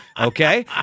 Okay